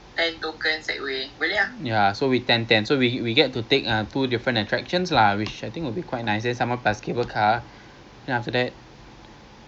a'ah geram I !wah! not bad eh eh but I don't know whether the promo masih ada tak kalau